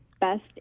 best